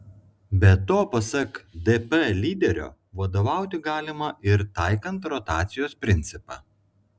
be to pasak dp lyderio vadovauti galima ir taikant rotacijos principą